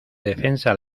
defensa